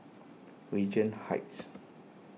Regent Heights